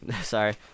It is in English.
sorry